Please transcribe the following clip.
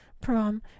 prom